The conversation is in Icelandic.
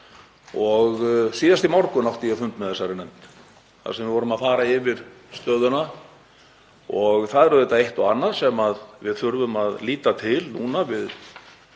Síðast í morgun átti ég fund með þessari nefnd þar sem við vorum að fara yfir stöðuna og þar er auðvitað eitt og annað sem við þurfum að líta til núna við